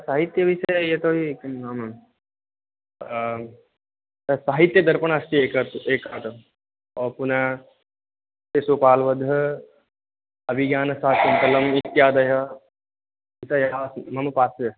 साहित्यविषय यतोहि साहित्यदर्पणः अस्ति एकः पुनः शिशुपालवधः अभिज्ञानसाकुन्तलम् इत्यादयः मम पार्श्वे अस्ति